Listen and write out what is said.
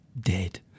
dead